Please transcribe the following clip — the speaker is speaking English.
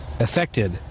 Affected